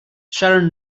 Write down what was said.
sharon